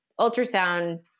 ultrasound